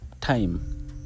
time